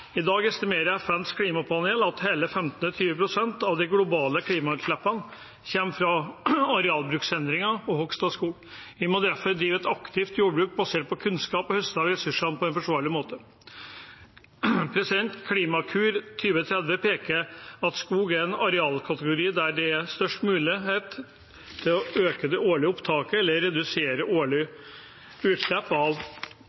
I dag estimerer FNs klimapanel at hele 15–20 pst. av de globale klimagassutslippene kommer fra arealbruksendringer og hogst av skog. Vi må derfor drive et aktivt jordbruk basert på kunnskap og høste av ressursene på en forsvarlig måte. Klimakur 2030 peker på at skog er den arealkategorien der det er størst mulighet til å øke årlig opptak eller redusere